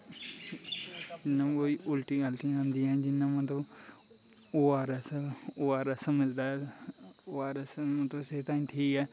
इयां कोई उल्टियां अल्टियां औंदियां मतलव औ आर ऐस मिलदा ऐ औ आर ऐस मतलव सेह्त आस्तै ठीक ऐ